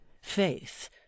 Faith